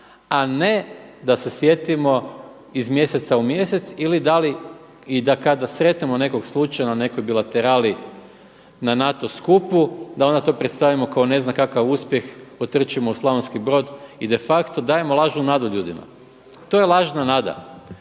a ne da se sjetimo iz mjeseca u mjesec ili da li i da kada sretnemo slučajno u nekoj bilaterali na NATO skupu, da onda to predstavimo kao ne znam kakav uspjeh, otrčimo u Slavonski Brod i de facto dajem lažnu nadu ljudima. To je lažna nada.